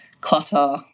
clutter